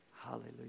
Hallelujah